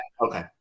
okay